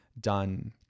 done